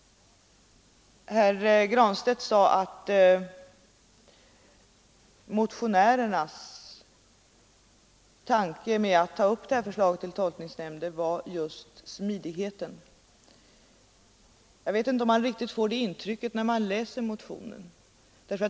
Herr Granstedt sade att tanken bakom motionärernas förslag om tolkningsnämnd var just smidigheten i handläggningen. Jag vet inte om man riktigt får det intrycket när man läser motionen.